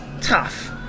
tough